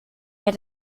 wer